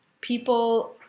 people